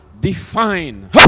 define